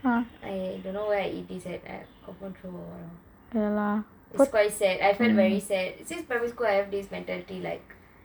I don't know why I eat this leh confirm throw or whatever is quite sad I feel very sad since primary school I have this mentality that